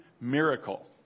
miracle